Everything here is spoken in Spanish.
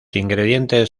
ingredientes